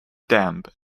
damp